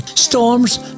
Storms